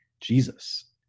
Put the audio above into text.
Jesus